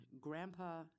Grandpa